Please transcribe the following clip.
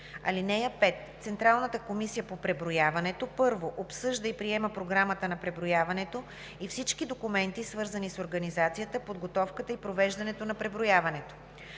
(5) Централната комисия по преброяването: 1. обсъжда и приема Програмата на преброяването и всички документи, свързани с организацията, подготовката и провеждането на преброяването;